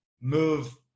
move